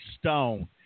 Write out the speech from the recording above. Stone